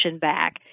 back